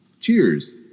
Cheers